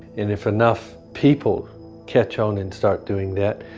and if enough people catch on and start doing that,